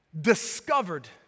discovered